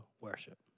worship